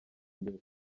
mbere